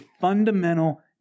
fundamental